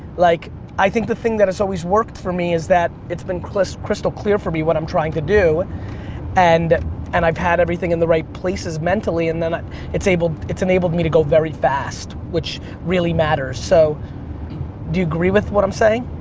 like i think the thing that has always worked for me is that it's been crystal clear for me what i'm trying to do and and i've had everything in the right places mentally and then it's able, it's enabled me to go very fast which really matters. so do you agree with what i'm saying?